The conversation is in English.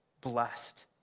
Blessed